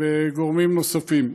וגורמים נוספים.